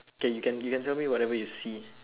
K you can you can tell me whatever you see